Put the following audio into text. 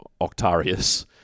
Octarius